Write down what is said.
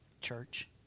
church